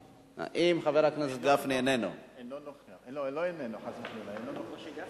היא תעבור לוועדת הפנים והגנת הסביבה להכנה לקריאה השנייה והשלישית.